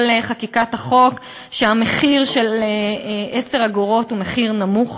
חקיקת החוק ש-10 אגורות זה מחיר נמוך.